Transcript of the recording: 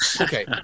okay